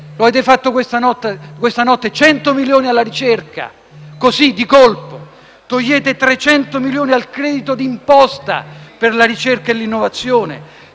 lo avete fatto questa notte - 100 milioni alla ricerca; togliete 300 milioni al credito d'imposta per la ricerca e l'innovazione;